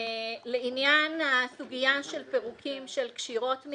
לעניין הסוגיה של פירוקים של קשירות של